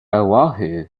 oahu